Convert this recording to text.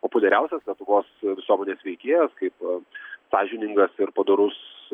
populiariausias lietuvos visuomenės veikėjas kaip sąžiningas ir padorus